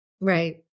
Right